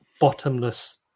bottomless